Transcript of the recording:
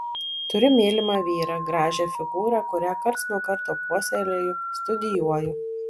turiu mylimą vyrą gražią figūrą kurią karts nuo karto puoselėju studijuoju